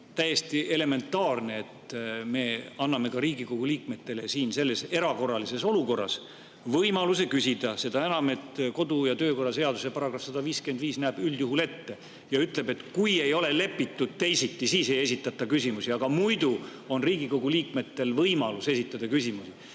täiesti elementaarne, et me anname Riigikogu liikmetele selles erakorralises olukorras võimaluse küsida. Seda enam, et kodu‑ ja töökorra seaduse § 155 näeb üldjuhul ette, et kui ei ole kokku lepitud teisiti, siis ei esitata küsimusi, aga muidu on Riigikogu liikmetel võimalus küsimusi